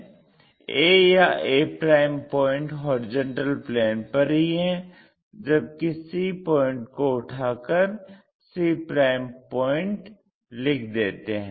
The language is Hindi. a या a पॉइंट हॉरिजेंटल प्लेन पर ही है जबकि c पॉइंट को उठाकर c पॉइंट लिख देते हैं